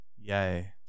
Yay